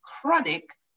chronic